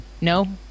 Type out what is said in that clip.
No